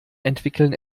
entwickeln